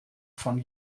von